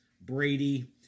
Brady